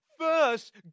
First